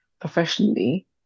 professionally